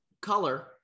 color